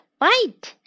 white